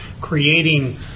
creating